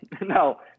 no